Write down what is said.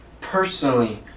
personally